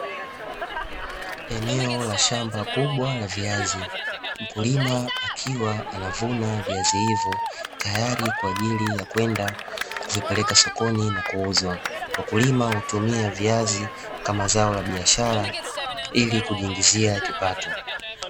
Eneo la shamba kubwa la viazi mkulima akiwa anavuna viazi hivyo tayari kwa ajili ya kwenda kuvipeleka sokoni na kuuzwa. Wakulima hutumia viazi kama zao la biashara ili kujiingizia kipato.